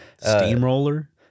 Steamroller